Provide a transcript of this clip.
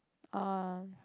oh